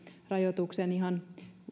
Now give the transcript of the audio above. rajoituksen ihan